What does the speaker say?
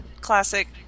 classic